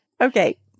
Okay